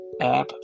app